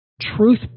truth